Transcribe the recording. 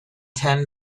ten